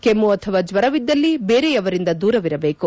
ಕೆಮ್ಮ ಅಥವಾ ಜ್ವರವಿದ್ದಲ್ಲಿ ಬೇರೆಯವರಿಂದ ದೂರವಿರಬೇಕು